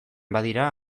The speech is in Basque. badira